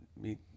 meet